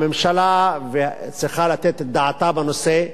הממשלה צריכה לתת את דעתה בנושא,